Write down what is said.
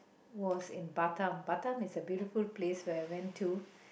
was in Batam Batam is a beautiful place where I went to